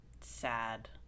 sad